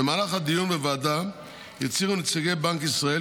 במהלך הדיון בוועדה הצהירו נציגי בנק ישראל